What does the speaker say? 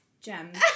gems